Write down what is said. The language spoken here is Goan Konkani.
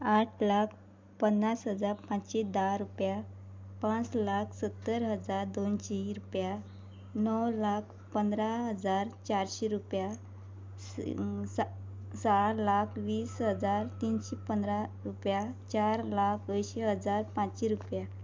आठ लाख पन्नास हजार पांचशी धा रुपया पांच लाख सत्तर हजार दोनशी रुपया णव लाख पंदरा हजार चारशीं रुपया चार लाख वीस हजार तिनशीं पंदरा रुपया चार लाख अंयशी हजार पांचशी रुपया